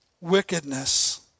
wickedness